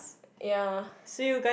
ya